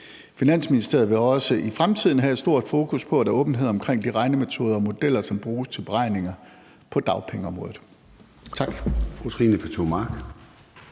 Finansministeriet vil også i fremtiden have et stort fokus på, at der er åbenhed omkring de regnemetoder og modeller, som bruges til beregninger på dagpengeområdet.